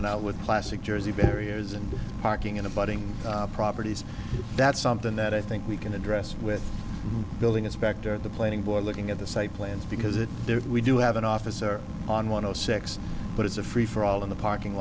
and out with classic jersey barriers and parking in a budding property that's something that i think we can address with building inspector the planning board looking at the site plans because if there is we do have an officer on one of the six but it's a free for all in the parking